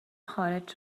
خارج